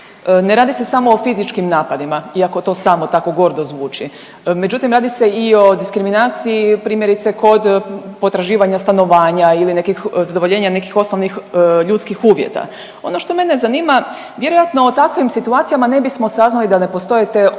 Ne radi se samo o fizičkim napadima iako to samo tako gordo zvuči, međutim radi se i o diskriminaciji primjerice kod potraživanja stanovanja ili nekih, zadovoljenja nekih osnovnih ljudskih uvjeta. Ono što mene zanima vjerojatno o takvim situacijama ne bismo saznali da ne postoje te osobne